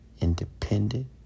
independent